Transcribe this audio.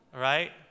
Right